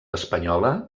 espanyola